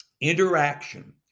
interaction